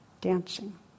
dancing